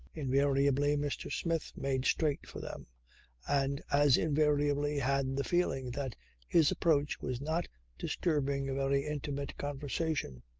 invariably mr. smith made straight for them and as invariably had the feeling that his approach was not disturbing a very intimate conversation.